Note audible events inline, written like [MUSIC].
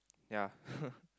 ya [BREATH]